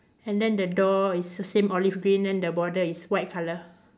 and then the door is the same olive green then the border is white colour